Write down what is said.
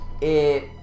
It-